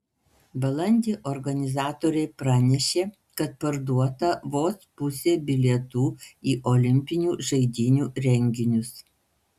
balandį organizatoriai pranešė kad parduota vos pusė visų bilietų į olimpinių žaidynių renginius